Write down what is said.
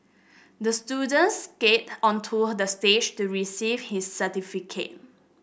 the student skated onto the stage to receive his certificate